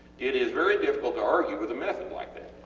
it is very difficult to argue with a method like that.